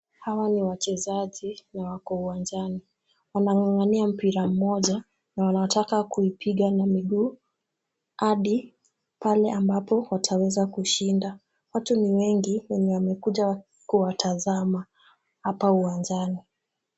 Hawa ni wachezaji na wako uwanjani. Wanang'ang'ania mpira mmoja na wanataka kuipiga na miguu hadi pale ambapo wataweza kushinda. Watu ni wengi wenye wamekuja kuwatazama hapa uwanjani.